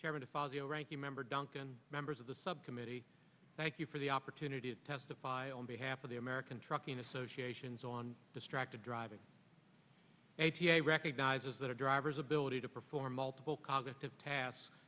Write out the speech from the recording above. chairman of fazio ranking member duncan members of the subcommittee thank you for the opportunity to testify on behalf of the american trucking associations on distracted driving a p a recognizes that a driver's ability to perform multiple cognitive tasks